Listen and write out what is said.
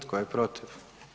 Tko je protiv?